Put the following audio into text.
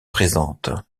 présentes